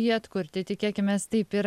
jį atkurti tikėkimės taip ir